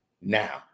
now